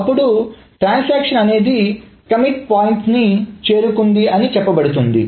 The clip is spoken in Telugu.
అప్పుడు ట్రాన్సాక్షన్ అనేది కమిట్ పాయింట్ని చేరుకుందని చెప్పబడుతుంది